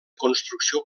construcció